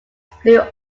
flew